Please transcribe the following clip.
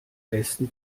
besten